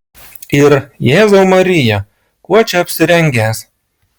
ir jėzau marija kuo čia apsirengęs